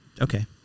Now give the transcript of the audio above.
Okay